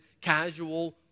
casual